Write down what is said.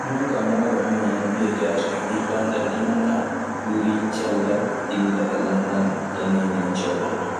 Minen kaa mawɓe amen ana mbiya jaati. Ɓe mbii lanɗan ndiman nan ɓuri cellal illa e lanɗan daneejan cewɗan ɗan.